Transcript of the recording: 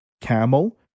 camel—